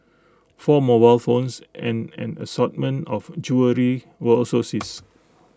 four mobile phones and an assortment of jewellery were also seized